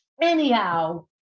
anyhow